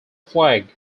flag